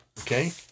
okay